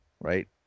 right